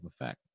effect